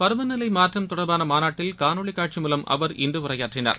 பருவநிலை மாற்றம் தொடர்பான மாநாட்டில் காணொலி காட்சி மூலம் அவர் இன்று உரையாற்றினார்